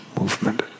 movement